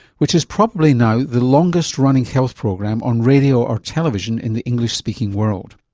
which is probably now the longest-running health program on radio or television in the english-speaking world.